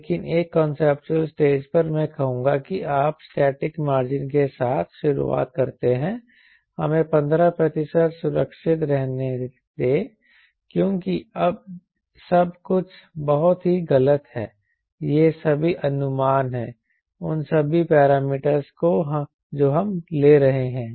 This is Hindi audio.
लेकिन एक कांसेप्चुअल स्टेज पर मैं कहूंगा कि आप स्टैटिक मार्जिन के साथ शुरुआत करते हैं हमें 15 प्रतिशत सुरक्षित कहने दें क्योंकि अब सब कुछ बहुत ही गलत है यह सभी अनुमान हैं उन सभी पैरामीटरज़ को जो हम ले रहे हैं